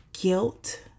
guilt